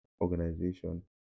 organization